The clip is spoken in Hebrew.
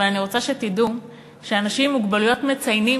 אבל אני רוצה שתדעו שאנשים עם מוגבלויות מציינים